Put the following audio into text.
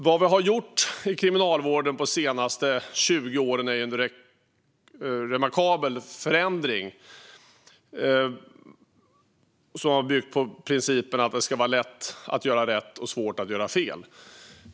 Vad vi har gjort i kriminalvården de senaste 20 åren är en remarkabel förändring som har byggt på principen att det ska vara lätt att göra rätt och svårt att göra fel.